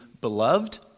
beloved